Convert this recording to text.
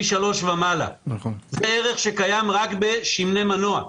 משלוש ומעלה, ערך שקיים רק בשמני מנוע.